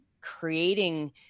creating